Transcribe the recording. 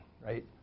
right